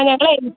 ആ ഞങ്ങളെ